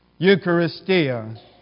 Eucharistia